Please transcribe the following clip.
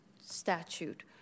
statute